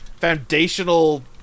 foundational